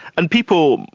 and people.